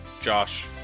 Josh